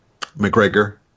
McGregor